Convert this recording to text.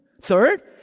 Third